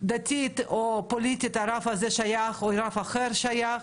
דתית או פוליטית הרב הזה שייך או רב אחר שייך,